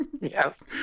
Yes